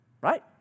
Right